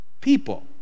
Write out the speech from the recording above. people